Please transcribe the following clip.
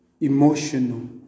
emotional